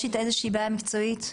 יש איזה בעיה משפטית?